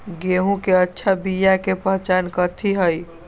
गेंहू के अच्छा बिया के पहचान कथि हई?